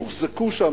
הוחזקו שם